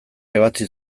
ebatzi